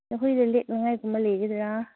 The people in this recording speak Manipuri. ꯅꯈꯣꯏꯗ ꯂꯦꯛꯅꯉꯥꯏꯒꯨꯝꯕ ꯂꯩꯒꯗ꯭ꯔꯥ